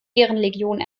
ehrenlegion